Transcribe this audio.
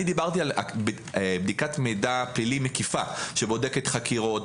אני דיברתי על בדיקת מידע פלילי מקיפה שבודקת חקירות,